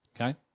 Okay